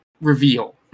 reveal